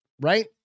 Right